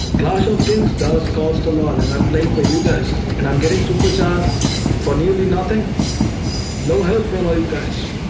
class of things does cost alone and i'm playing for you guys and i'm getting super job for and you be nothing no help from are you guys?